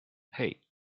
hey